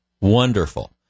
Wonderful